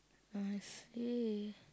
I see